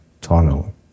tunnel